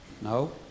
No